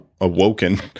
awoken